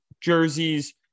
jerseys